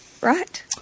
Right